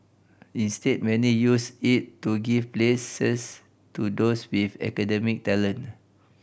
instead many use it to give places to those with academic talent